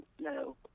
No